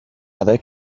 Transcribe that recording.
other